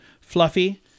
Fluffy